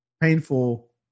painful